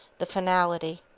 the finality.